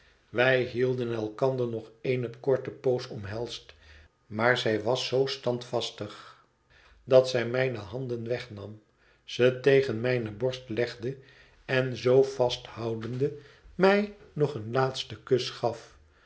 wij hielden elkander nog eene korte poos omhelsd maar zij was zoo standvastig dat zij mijne handen wegnam ze tegen mijne borst legde ze zoo vasthoudende mij nog een laatsten kus gaf